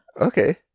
okay